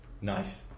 nice